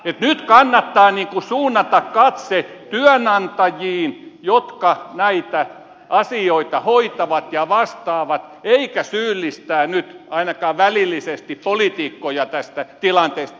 nyt kannattaa suunnata katse työnantajiin jotka näitä asioita hoitavat ja jotka näistä vastaavat eikä syyllistää nyt ainakaan välillisesti poliitikkoja tästä tilanteesta